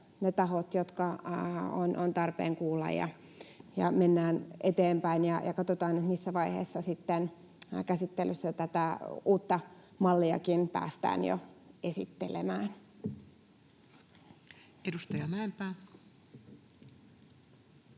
ne tahot, jotka on tarpeen kuulla. Mennään eteenpäin ja katsotaan, missä vaiheessa sitten tätä uuttakin mallia päästään jo käsittelyssä